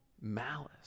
malice